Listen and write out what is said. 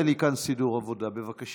אל תעשה לי כאן סידור עבודה, בבקשה.